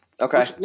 Okay